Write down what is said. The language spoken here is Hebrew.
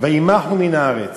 וימחו מן הארץ".